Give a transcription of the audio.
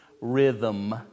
rhythm